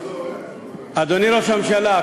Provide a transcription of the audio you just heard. אדוני ראש הממשלה,